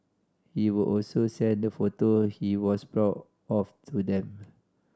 he would also send the photo he was proud of to them